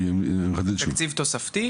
כאילו,